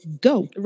Go